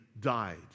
died